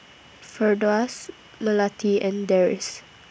Firdaus Melati and Deris